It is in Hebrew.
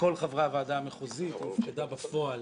מכל חברי הוועדה המחוזית, היא הופקדה בפועל